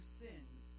sins